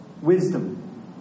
Wisdom